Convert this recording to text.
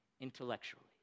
intellectually